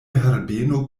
herbeno